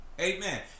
Amen